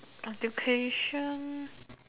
but the patient